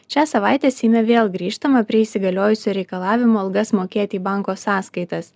šią savaitę seime vėl grįžtama prie įsigaliojusio reikalavimo algas mokėti į banko sąskaitas